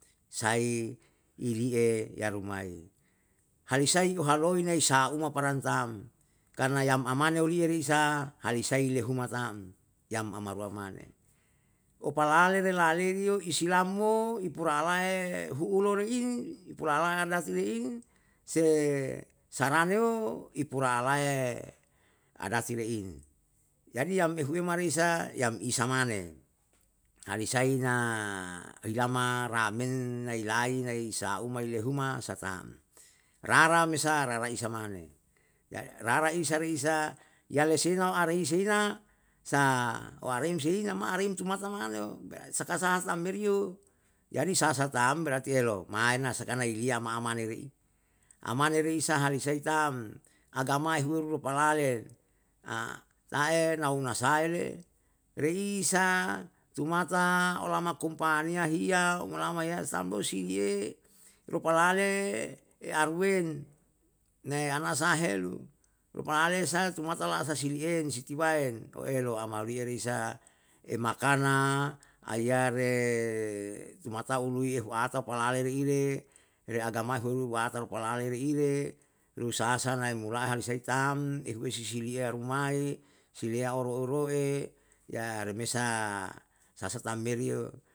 Sai ili'e yarumai, hali sai uhalo'o inai sa'a uma paran tam karna yam amane uliye risa hal isai le huma tam, yam amarua mane. opalale re laleriyo islam mo ipura ala'e huulo ri'in, upulalae adat re in, se saraneo ipura ala'e adati re in. Jadi am ehuwe ma risa yam isa mane, hal isai na ilama ramen nailai naisa umai le huma sa tam, rara mesa raraisa mane, raraisa reisa yale seina arei seina sa warim seina maarim tumata maneo, saka sa tam meri yo. Jadi sasa tam berarti elo, mae na sakana iliya mamane ri, amane reisa hal isai tam, agamae ahueru lopalale, ta'e nauna sa'e le reisa tumata olama kupaniya hiya olama yastam musti ye lopalale earuwen. Naeyana sae helu upulale sa tumata la'asa silie sitibae elo amaniya risa, emakana aiya re tumata ului huata palale reire re agamai huluwata lu palale reire, ni usaha sa nae murae han sai tam, ehue sisileya arumai, siliya aoro oro'e ya remesa sasa tam meri yo